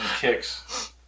kicks